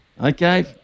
Okay